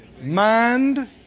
Mind